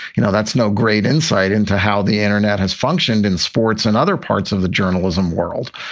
you know, that's no. great insight into how the internet has functioned in sports and other parts of the journalism world,